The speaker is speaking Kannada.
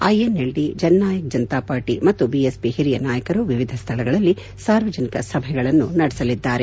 ಐಎನ್ಎಲ್ಡಿ ಜನನಾಯಕ್ ಜನತಾ ಪಾರ್ಟಿ ಮತ್ತು ಬಿಎಸ್ಪಿ ಹಿರಿಯ ನಾಯಕರು ವಿವಿಧ ಸ್ಥಳಗಳಲ್ಲಿ ಸಾರ್ವಜನಿಕ ಸಭೆಗಳನ್ನು ನಡೆಸಲಿದ್ದಾರೆ